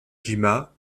jima